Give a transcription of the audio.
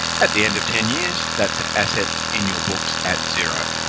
at the end of ten years, that's assets in your books at zero.